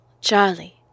Charlie